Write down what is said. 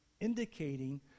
indicating